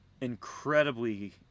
incredibly